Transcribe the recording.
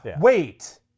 Wait